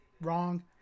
Wrong